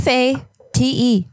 Fate